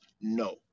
no